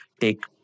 take